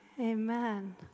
Amen